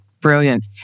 Brilliant